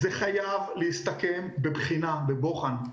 זה חייב להסתכם בבחינה, בבוחן.